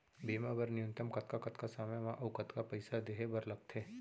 बीमा बर न्यूनतम कतका कतका समय मा अऊ कतका पइसा देहे बर लगथे